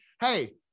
hey